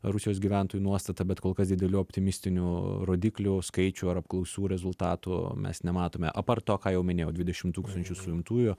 rusijos gyventojų nuostata bet kol kas didelių optimistinių rodiklių skaičių ar apklausų rezultatų mes nematome apart to ką jau minėjau dvidešim tūkstančių suimtųjų